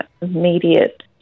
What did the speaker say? immediate